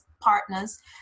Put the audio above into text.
partners